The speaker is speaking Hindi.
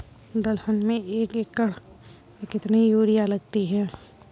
दलहन में एक एकण में कितनी यूरिया लगती है?